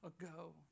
ago